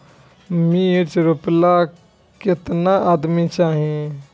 मिर्च रोपेला केतना आदमी चाही?